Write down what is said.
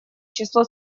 число